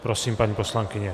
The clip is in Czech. Prosím, paní poslankyně.